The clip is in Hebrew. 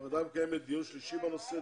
מקיימת דיון שלישי בנושא,